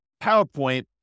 PowerPoint